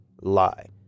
lie